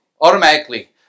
automatically